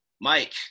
Mike